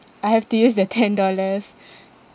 I have to use the ten dollars